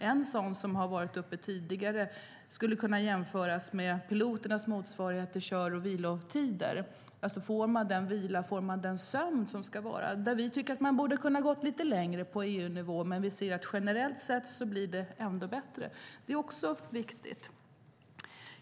En fråga som varit uppe kan sägas vara piloternas motsvarighet till kör och vilotider, det vill säga om de får den vila, den sömn, som de ska ha. Vi tycker att man på EU-nivå borde ha kunnat gå lite längre, men vi anser att det generellt sett ändå blivit bättre.